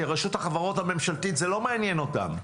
שרשות החברות הממשלתית זה לא מעניין אותם.